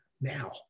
now